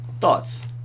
Thoughts